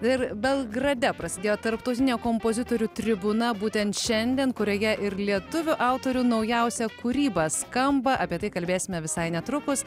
ir belgrade prasidėjo tarptautinė kompozitorių tribūna būtent šiandien kurioje ir lietuvių autorių naujausia kūryba skamba apie tai kalbėsime visai netrukus